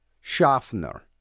Schaffner